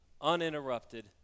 Uninterrupted